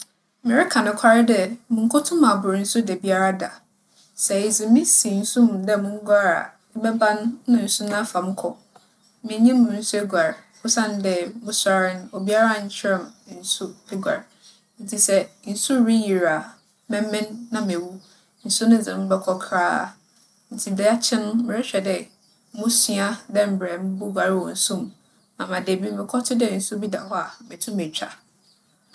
Mereka nokwar dɛ munnkotum abor nsu dabiara da. Sɛ edze me si nsu mu dɛ munguar a, ebɛba no, na nsu no afa me kͻ. Minnyim nsu eguar osiandɛ musuar no, obiara annkyerɛ me nsu eguar. Ntsi sɛ nsu riyir a, mɛmem na mewu. Nsu no dze me bͻkͻ koraa. Ntsi daakye no, morohwɛ dɛ mosua dɛ mbrɛ muboguar wͻ nsu mu ama da bi, mokͻto dɛ nsu bi da hͻ a, meetum meetwa.